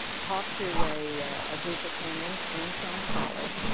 talked to a ah group at saint and anselm college.